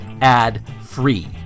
ad-free